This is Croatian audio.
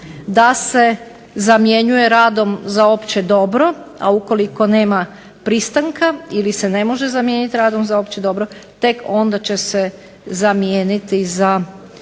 da se zamjenjuje radom za opće dobro. A ukoliko nema pristanka ili se ne može zamijeniti radom za opće dobro, tek onda će se zamijeniti za